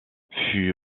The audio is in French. fut